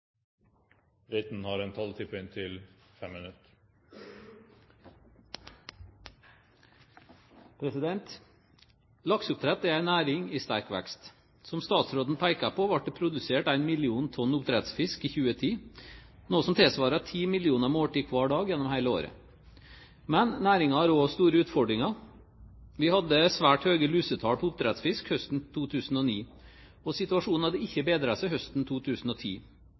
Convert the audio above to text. en næring i sterk vekst. Som statsråden pekte på, ble det produsert 1 mill. tonn oppdrettsfisk i 2010, noe som tilsvarer 10 millioner måltider hver dag, gjennom hele året. Men næringen har også store utfordringer. Vi hadde svært høye lusetall på oppdrettsfisk høsten 2009, og situasjonen hadde ikke bedret seg høsten 2010.